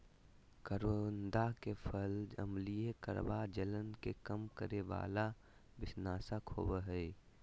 करोंदा के फल अम्लीय, कड़वा, जलन के कम करे वाला आरो विषनाशक होबा हइ